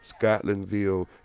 Scotlandville